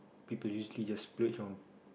people usually just splurge on